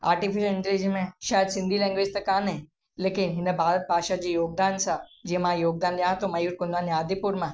artificial intelligence शायदि Sindhi language त कोन्हे लेकिन हिन भारत भाषा जी योगदान सां जीअं मां योगदान ॾियां थो मयूर कुंदानी आदिपुर मां